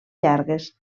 llargues